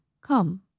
come